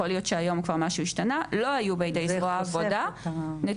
יכול להיות שהיום כבר משהו השתנה לא היו בידי זרוע העבודה נתונים